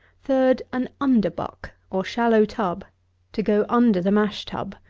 third, an underbuck, or shallow tub to go under the mash-tub,